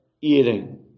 eating